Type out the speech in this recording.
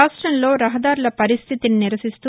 రాష్టంలో రహదారుల పరిస్దితిని నిరసిస్తూ